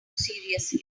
seriously